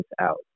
out